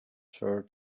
sure